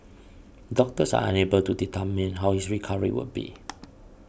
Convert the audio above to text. doctors are unable to determine how his recovery would be